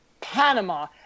Panama